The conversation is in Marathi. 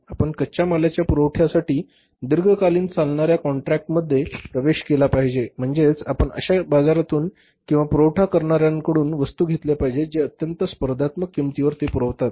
आपण कच्च्या मालाच्या पुरवठ्यासाठी दीर्घकालीन चालणाऱ्या कॉन्ट्रॅक्टमध्ये प्रवेश केला पाहिजे म्हणजेच आपण अश्या बाजारातून किंवा पुरवठा करणाऱ्यांकडून वस्तू घेतल्या पाहिजेत जे अत्यंत स्पर्धात्मक किंमतीवर ते पुरवतात